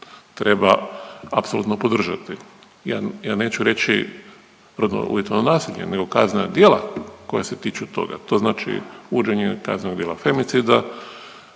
treba apsolutno podržati. Ja neću reći rodno uvjetovano nasilje nego kaznena djela koja se tiču toga. To znači uvođenje kaznenog djela femicida,